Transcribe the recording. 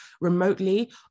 remotely